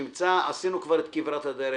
עשינו כבר את כברת הדרך.